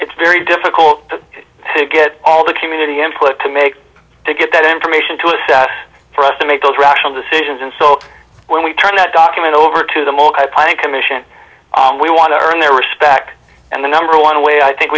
it's very difficult to get all the community input to make to get that information to assess for us to make those rational decisions and so when we turn a document over to the multiplying commission we want to earn their respect and the number one way i think